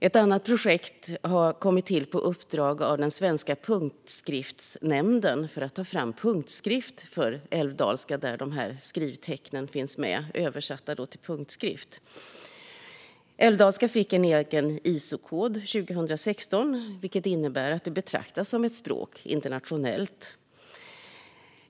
Ett annat projekt har kommit till på uppdrag av Punktskriftsnämnden för att ta fram punktskrift för älvdalska där dessa skrivtecken finns med översatta till punktskrift. Älvdalska fick en egen ISO-kod 2016, vilket innebär att det betraktas som ett språk internationellt.